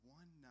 one